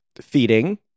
feeding